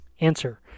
Answer